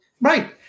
Right